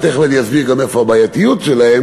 ותכף אני גם אסביר איפה הבעייתיות שלהם,